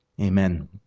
Amen